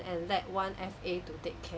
and let one F_A to take care